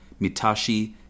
Mitashi